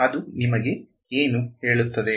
ಅದು ನಿಮಗೆ ಏನು ಹೇಳುತ್ತದೆ